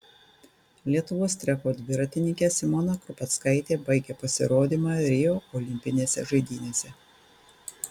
lietuvos treko dviratininkė simona krupeckaitė baigė pasirodymą rio olimpinėse žaidynėse